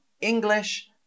English